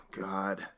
God